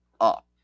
up